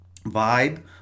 vibe